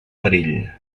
perill